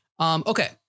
Okay